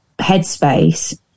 headspace